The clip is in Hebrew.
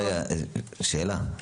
שאלה.